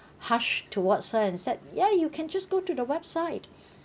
harsh towards her and said yeah you can just go to the website